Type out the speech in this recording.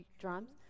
drums